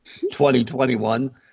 2021